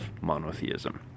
monotheism